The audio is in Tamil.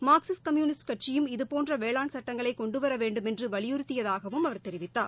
மார்க்சிஸ்ட் கம்யுனிஸ்ட் கட்சியும் இதுபோன்ற வேளாண் சட்டங்களை கொண்டுவர வேண்டுமென்று வலியுறுத்தியதாகவும் அவர் தெரிவித்தார்